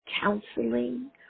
counseling